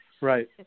Right